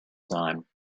time